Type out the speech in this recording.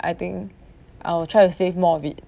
I think I will try to save more of it